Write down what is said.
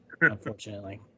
unfortunately